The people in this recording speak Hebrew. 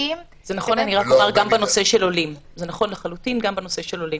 זה נכון לחלוטין גם בנושא של עולים.